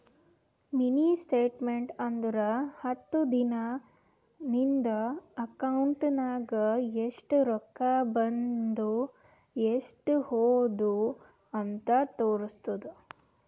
mini statement ಅಂದುರ್ ಹತ್ತು ದಿನಾ ನಿಂದ ಅಕೌಂಟ್ ನಾಗ್ ಎಸ್ಟ್ ರೊಕ್ಕಾ ಬಂದು ಎಸ್ಟ್ ಹೋದು ಅಂತ್ ತೋರುಸ್ತುದ್